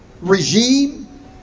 regime